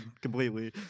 Completely